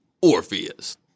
Orpheus